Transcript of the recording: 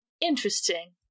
Interesting